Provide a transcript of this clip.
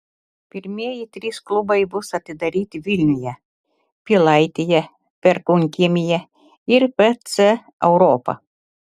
pirmieji trys klubai bus atidaryti vilniuje pilaitėje perkūnkiemyje ir pc europa